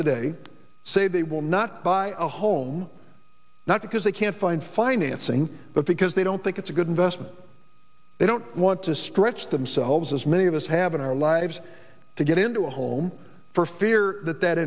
today say they will not buy a home not because they can't find financing but because they don't think it's a good investment they don't want to stretch themselves as many of us have in our lives to get into a home for fear that that